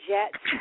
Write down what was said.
Jets